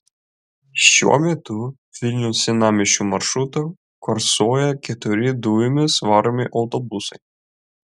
šiuo metu vilniaus senamiesčio maršrutu kursuoja keturi dujomis varomi autobusai